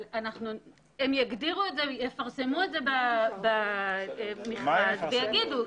אבל הם יפרסמו את זה במכרז ויגידו,